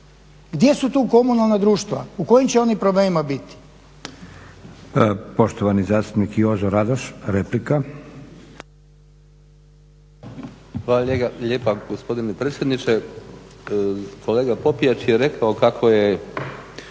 Gdje su tu komunalna društva? U kojim će oni problemima biti?